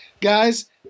guys